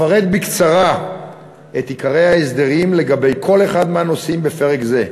אפרט בקצרה את עיקרי ההסדרים לגבי כל אחד מהנושאים בפרק זה.